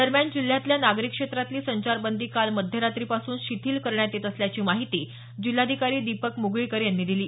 दरम्यान जिल्ह्यातल्या नागरी क्षेत्रातली संचारबंदी काल मध्यरात्रीपासून शिथिल करण्यात येत असल्याची माहिती जिल्हाधिकारी दीपक मुगळीकर यांनी दिली